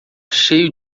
cheio